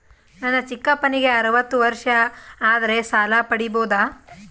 ನನ್ನ ಚಿಕ್ಕಪ್ಪನಿಗೆ ಅರವತ್ತು ವರ್ಷ ಆದರೆ ಸಾಲ ಪಡಿಬೋದ?